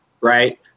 right